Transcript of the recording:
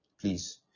Please